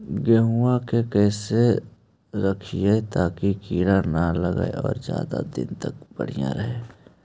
गेहुआ के कैसे रखिये ताकी कीड़ा न लगै और ज्यादा दिन तक बढ़िया रहै?